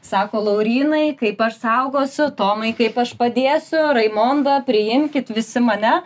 sako laurynai kaip aš saugosiu tomai kaip aš padėsiu raimonda priimkit visi mane